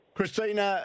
Christina